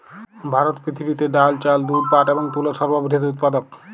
ভারত পৃথিবীতে ডাল, চাল, দুধ, পাট এবং তুলোর সর্ববৃহৎ উৎপাদক